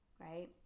Right